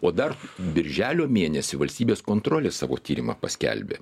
o dar birželio mėnesį valstybės kontrolė savo tyrimą paskelbė